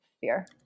fear